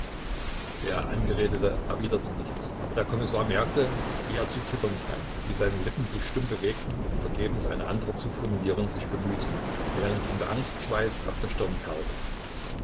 der angeredete erwiderte nichts aber der kommissar merkte wie er zu zittern begann wie seine lippen sich stumm bewegten und vergebens eine antwort zu formulieren sich bemühten während ihm der angstschweiß auf der stirn perlte